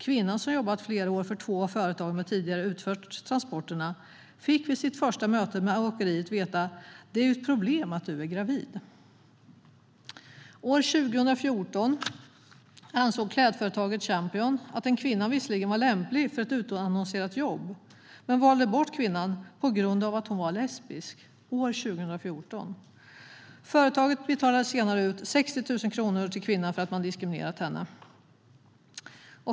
Kvinnan, som hade jobbat flera år för två av företagen som tidigare utfört transporterna, fick vid sitt första möte med åkeriet veta: "Det är ju ett problem att du är gravid.". År 2014 ansåg klädföretaget Champion att en kvinna var lämplig för ett utannonserat jobb, men man valde bort kvinnan på grund av att hon var lesbisk. Företaget betalade senare ut 60 000 kronor till kvinnan för att man hade diskriminerat henne.